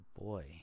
boy